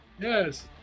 Yes